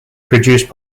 produced